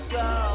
go